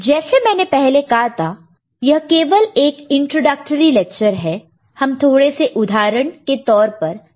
जैसे मैंने पहले कहा था यह केवल एक इंट्रोडक्टरी लेक्चर है हम थोड़े से उदाहरण के तौर पर केसस देखेंगे